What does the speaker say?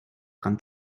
dran